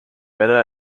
meta